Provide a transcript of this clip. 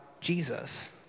Jesus